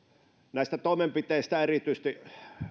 näistä toimenpiteistä erityisesti